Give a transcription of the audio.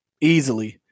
easily